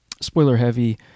spoiler-heavy